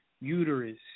uterus